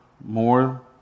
more